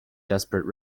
desperate